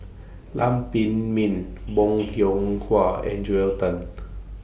Lam Pin Min Bong Hiong Hwa and Joel Tan